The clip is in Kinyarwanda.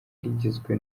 rigizwe